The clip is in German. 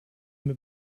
mir